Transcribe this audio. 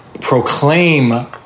proclaim